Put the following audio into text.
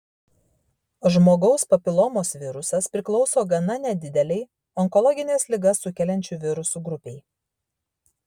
žmogaus papilomos virusas priklauso gana nedidelei onkologines ligas sukeliančių virusų grupei